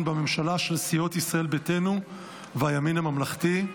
בממשלה של סיעות ישראל ביתנו והימין הממלכתי.